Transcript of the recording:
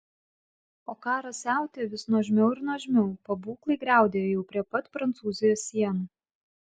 o karas siautėjo vis nuožmiau ir nuožmiau pabūklai griaudėjo jau prie pat prancūzijos sienų